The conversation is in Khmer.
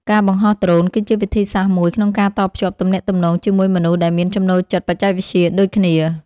ការបង្ហោះដ្រូនគឺជាវិធីសាស្ត្រមួយក្នុងការតភ្ជាប់ទំនាក់ទំនងជាមួយមនុស្សដែលមានចំណូលចិត្តបច្ចេកវិទ្យាដូចគ្នា។